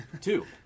Two